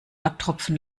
abtropfen